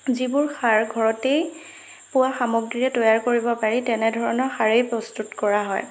যিবোৰ সাৰ ঘৰতেই পোৱা সামগ্ৰীৰে তৈয়াৰ কৰিব পাৰি তেনেধৰণৰ সাৰেই প্ৰস্তুত কৰা হয়